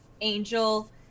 Angel